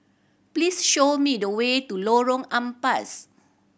please show me the way to Lorong Ampas